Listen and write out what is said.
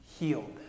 healed